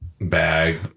bag